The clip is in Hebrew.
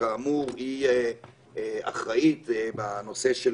שכאמור היא אחראית בנושא של